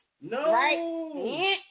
No